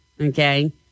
Okay